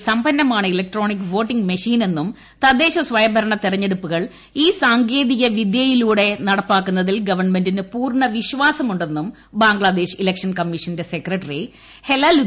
മികച്ച സമ്പന്നമാണ് electronic voting മെഷീനെന്നും തദ്ദേശ സ്വയംഭരണ തെരഞ്ഞെടുപ്പുകൾ ഈ സാങ്കേതിക വിദ്യയിലൂടെ നടപ്പിലാക്കുന്നതിൽ ഗവൺമെന്റിന് പൂർണ്ണ വിശ്വാസമുണ്ടെന്നും ബംഗ്ലാദേശ് ഇലക്ഷൻ കമ്മീഷന്റെ സെക്രട്ടറി ഹെലാലുദ്ദീൻ അഹമ്മദ് അറിയിച്ചു